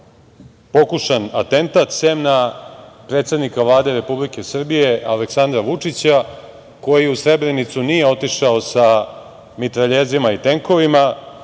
pokušan atentat, sem na predsednika Vlade Republike Srbije, Aleksandra Vučića, koji u Srebrenicu nije otišao sa mitraljezima i tenkovima